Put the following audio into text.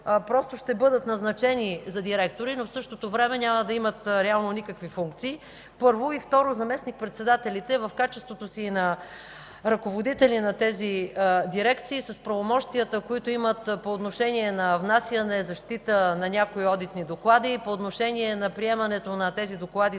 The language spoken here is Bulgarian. просто ще бъдат назначени за директори, но в същото време реално няма да имат никакви функции? Първо. И второ, възникват много въпроси за заместник-председателите в качеството им на ръководители на тези дирекции, с правомощията, които имат по отношение на внасяне и защита на някои одитни доклади и по отношение приемането на тези доклади